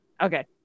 Okay